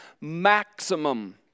maximum